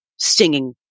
stinging